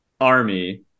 army